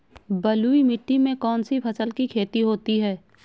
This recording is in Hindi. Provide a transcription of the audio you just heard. बलुई मिट्टी में कौनसी फसल की खेती होती है?